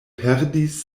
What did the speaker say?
perdis